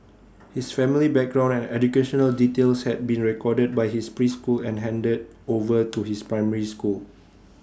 his family background and educational details had been recorded by his preschool and handed over to his primary school